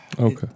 Okay